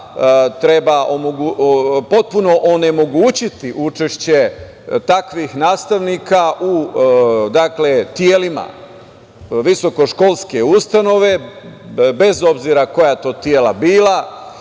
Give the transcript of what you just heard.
treba potpuno onemogućiti učešće takvih nastavnika u telima visokoškolske ustanove, bez obzira koja to tela bila,